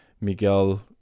Miguel